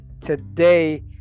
today